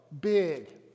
big